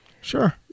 Sure